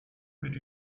mit